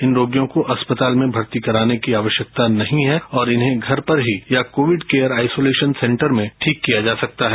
इन रोगियों को अस्पताल में भर्ती कराने की आवश्यकतानहीं है और इन्हें घर पर ही या कोविड केयर आइसोलेशन सेंटर में ठीक किया जा सकता है